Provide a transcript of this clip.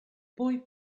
boy